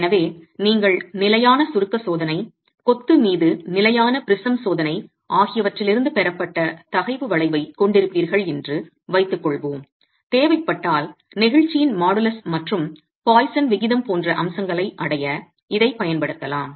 எனவே நீங்கள் நிலையான சுருக்க சோதனை கொத்து மீது நிலையான ப்ரிசம் சோதனை ஆகியவற்றிலிருந்து பெறப்பட்ட தகைவு வளைவைக் கொண்டிருப்பீர்கள் என்று வைத்துக்கொள்வோம் தேவைப்பட்டால் நெகிழ்ச்சியின் மாடுலஸ் மற்றும் பாய்சன் விகிதம் போன்ற அம்சங்களை அடைய இதைப் பயன்படுத்தலாம்